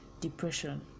depression